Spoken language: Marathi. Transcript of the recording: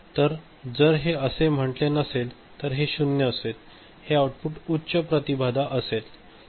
तर जर हे असे म्हटले नसेल तर ते 0 आहे हे आउटपुट उच्च प्रतिबाधा असेल